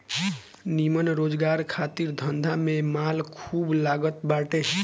निमन रोजगार खातिर धंधा में माल खूब लागत बाटे